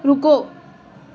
ਰੁਕੋ